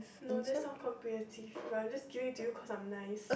no that's not comprehensive but I just give it to you cause I'm nice